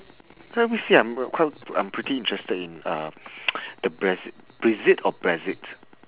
let me see I'm quite I'm pretty interested in uh the brexit brexit or brexit